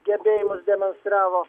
gebėjimus demonstravo